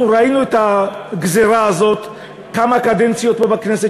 אנחנו ראינו את הגזירה הזאת כמה קדנציות פה בכנסת,